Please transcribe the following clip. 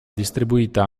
distribuita